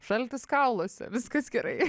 šaltis kauluose viskas gerai